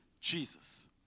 Jesus